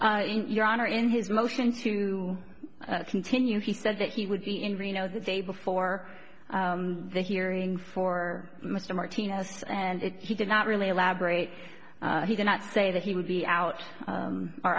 another in your honor in his motion to continue he said that he would be in reno the day before the hearing for mr martinez and he did not really elaborate he did not say that he would be out